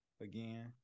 again